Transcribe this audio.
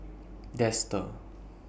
Dester